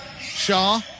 Shaw